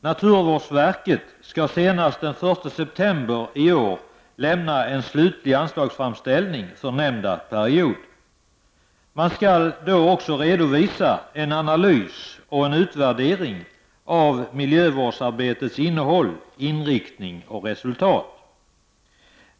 Naturvårdsverket skall senast den 1 september i år lämna en slutlig anslagsframställning för nämnda period. Man skall då också redovisa en analys och en utvärdering av miljövårdsarbetets innehåll, inriktning och resultat.